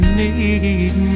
need